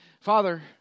Father